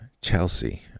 Chelsea